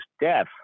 death